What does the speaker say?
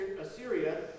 Assyria